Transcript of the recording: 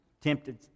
tempted